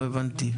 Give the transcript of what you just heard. לא הבנתי.